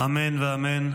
אמן ואמן.